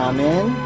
Amen